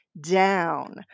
down